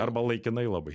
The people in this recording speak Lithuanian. arba laikinai labai